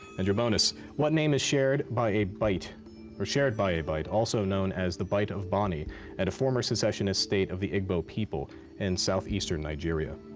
and your bonus what name is shared by a bight or shared by a bight also known as the bight of bonny at a former secessionist state of the igbo people in southeastern nigeria?